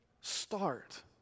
start